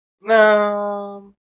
No